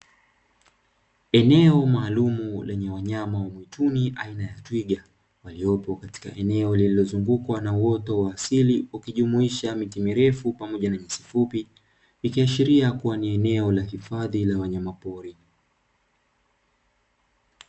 Eneo maalumu lenye wanyama wa mwituni aina ya Twiga, waliopo katika eneo lililozungukwa na uoto wa asili ukijumuisha miti mirefu, pamoja na nyasi fupi ikiashiria kuwa ni eneo la hifadhi la wanyama pori.